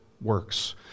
works